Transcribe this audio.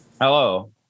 Hello